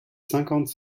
cinquante